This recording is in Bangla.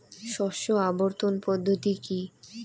শস্য আবর্তন পদ্ধতি কি?